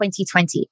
2020